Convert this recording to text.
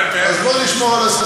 אנחנו מפרגנים לך.